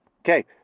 okay